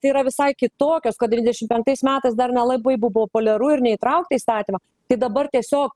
tai yra visai kitokios kad devyniasdešimt penktais metus dar nelabai buvo populiaru ir neįtraukta į įstatymą tai dabar tiesiog